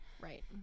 Right